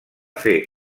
fer